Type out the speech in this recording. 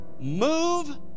move